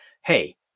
hey